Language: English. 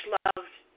loved